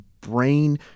brain